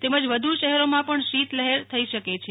તેમજ વધુ શહે રોમાં પણ શીતલહેર પણ થઈ શકે છે